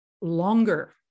longer